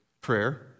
Prayer